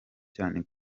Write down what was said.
cyane